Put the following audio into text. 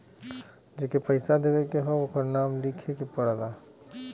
जेके पइसा देवे के हौ ओकर नाम लिखे के पड़ला